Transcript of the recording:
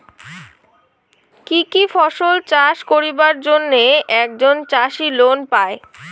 কি কি ফসল চাষ করিবার জন্যে একজন চাষী লোন পায়?